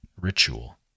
Ritual